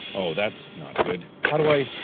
oh, that's not good. how do i